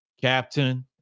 Captain